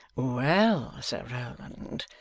well, sir rowland,